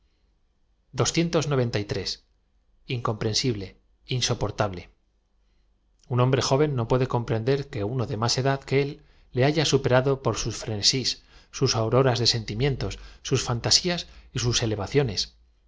lncompren blt insoportable un joven no puede comprender que uno de más edad que él le haya superado por sos írenesls sus auroras de aentlmleatos sus fantasías y sus elevacionea